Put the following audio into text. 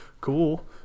cool